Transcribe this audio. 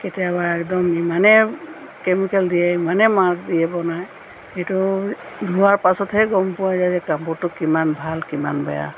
কেতিয়াবা একদম ইমানে কেমিকেল দিয়ে ইমানে মাজ দিয়ে বনায় সেইটো ধোৱাৰ পাছতহে গম পোৱা যায় যে কাপোৰটো কিমান ভাল কিমান বেয়া